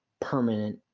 permanent